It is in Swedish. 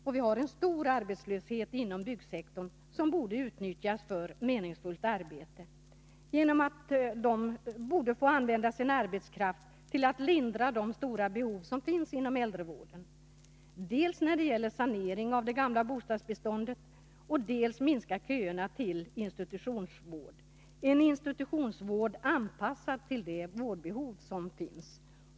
Det finns en mängd arbetslösa inom byggsektorn, vilka borde utnyttjas för meningsfullt arbete genom att få använda sin arbetskraft till att lindra de stora behov som existerar inom äldrevården, dels för att sanera det gamla bostadsbeståndet, dels för att minska köerna till institutionsvården, en institutionsvård anpassad till det vårdbehov som finns.